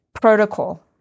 protocol